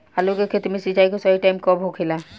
आलू के खेती मे सिंचाई के सही टाइम कब होखे ला?